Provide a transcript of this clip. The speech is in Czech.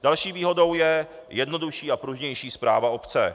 Další výhodou je jednodušší a pružnější správa obce.